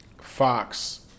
Fox